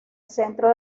centro